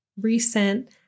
recent